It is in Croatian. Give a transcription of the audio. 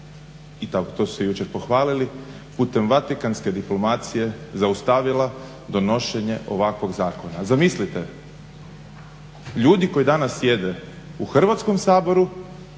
i to su se jučer pohvalili putem vatikanske diplomacije zaustavila donošenje ovakvog zakona. Zamislite ljudi koji danas sjede u Hrvatskom saboru